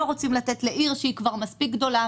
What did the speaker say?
לא רוצים לתת לעיר שהיא כבר מספיק גדולה,